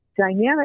dynamic